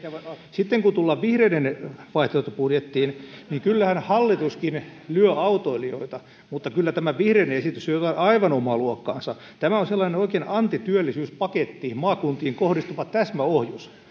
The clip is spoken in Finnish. sitten kun tullaan vihreiden vaihtoehtobudjettiin niin kyllähän hallituskin lyö autoilijoita mutta kyllä tämä vihreiden esitys on jotain aivan omaa luokkaansa tämä on oikein sellainen antityöllisyyspaketti maakuntiin kohdistuva täsmäohjus